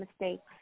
mistakes